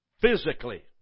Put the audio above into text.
physically